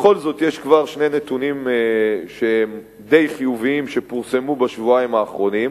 בכל זאת כבר יש שני נתונים שהם די חיוביים שפורסמו בשבועיים האחרונים.